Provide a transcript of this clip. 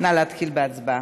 נא להתחיל בהצבעה.